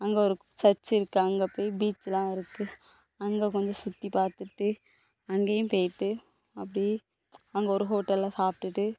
அங்கே ஒரு சர்ச் இருக்குது அங்கே போய் பீச்சுலாம் இருக்குது அங்கே கொஞ்சம் சுத்திப்பார்த்துட்டு அங்கேயும் போய்ட்டு அப்படி அங்கே ஒரு ஹோட்டல்ல சாப்பிட்டுட்டு